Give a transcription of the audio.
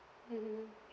mmhmm